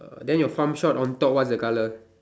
and then your farm shop on top what's the colour